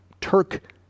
Turk